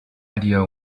idea